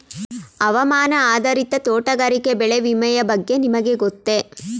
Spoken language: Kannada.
ಹವಾಮಾನ ಆಧಾರಿತ ತೋಟಗಾರಿಕೆ ಬೆಳೆ ವಿಮೆಯ ಬಗ್ಗೆ ನಿಮಗೆ ಗೊತ್ತೇ?